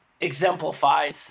exemplifies